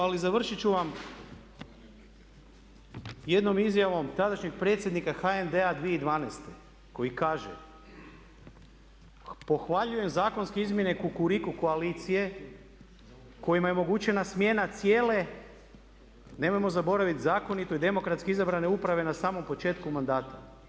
Ali završiti ću vam jednom izjavom tadašnjeg predsjednika HND-a 2012. koji kaže pohvaljujem zakonske izmjene kukuriku koalicije kojima je omogućena smjena cijele, nemojmo zaboraviti zakonito i demokratski izabrane uprave na samom početku mandata.